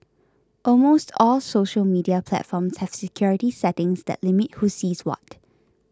almost all social media platforms have security settings that limit who sees what